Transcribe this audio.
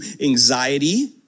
anxiety